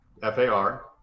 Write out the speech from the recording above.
FAR